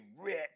rich